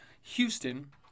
Houston